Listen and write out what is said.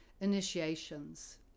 initiations